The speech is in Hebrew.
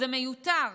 זה מיותר.